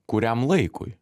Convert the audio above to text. kuriam laikui